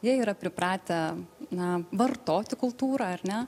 jie yra pripratę na vartoti kultūrą ar ne